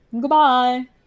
Goodbye